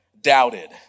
doubted